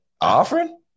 offering